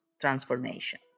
transformation